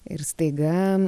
ir staiga